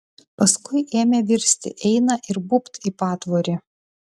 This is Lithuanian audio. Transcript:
paskui ėmė virsti eina ir bubt į patvorį